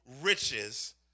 riches